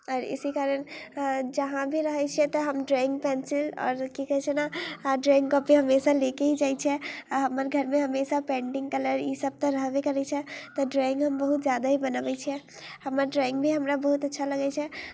आओर इसी कारण जहाँ भी रहैत छियै तऽ हम ड्रॉइंग पेंसिल आओर की कहै छै ने ड्रॉइंग कॉपी हमेशा लऽ कऽ ही जाइत छै आ हमर घरमे हमेशा पेंटिंग कलर ईसभ तऽ रहबे करैत छै तऽ ड्रॉइंग हम बहुत ज्यादा ही बनबै छियै हमर ड्रॉइंग भी हमरा बहुत अच्छा लगै छै